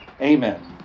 Amen